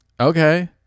Okay